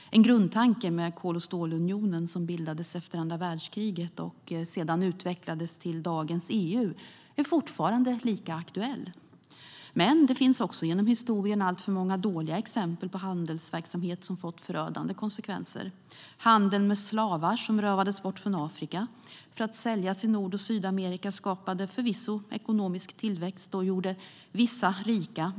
Det var en grundtanke med kol och stålunionen, som bildades efter andra världskriget och sedan utvecklades till dagens EU. Men genom historien finns det också alltför många exempel på handelsverksamhet som fått förödande konsekvenser. Handeln med slavar, där människor rövades bort från Afrika för att säljas till Nord och Sydamerika, skapade förvisso ekonomisk tillväxt och gjorde vissa rika.